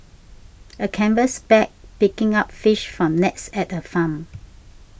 a canvas bag picking up fish from nets at a farm